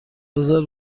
بزار